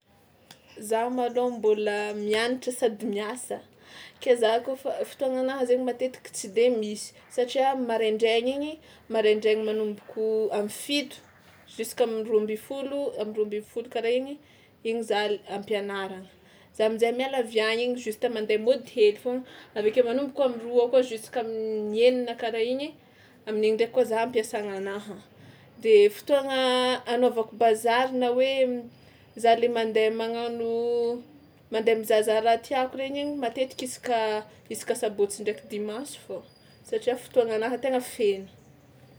Za malôha mbôla mianatra sady miasa, ke za kaofa fotoananahy zainy matetika tsy de misy satria maraindraina igny maraindraina manomboko am'fito jusk'am'roa amby folo am'roa amby folo karaha igny igny za l- am-pianaragna, za am'zay miala avy any igny justa mandeha mody hely foagna avy ake manomboko am'roa akeo juska'amin'ny enina karaha igny amin'iny ndraiky koa za am-piasagnanaha de fotoagna anaovako bazary na hoe za le mandeha magnano mandeha mizahazaha raha tiako regny igny matetika isaka isaka sabotsy ndraiky dimanche fao satria fotoananahy tena feno.